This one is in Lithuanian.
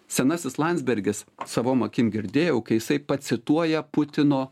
senasis landsbergis savom akim girdėjau jisai pacituoja putino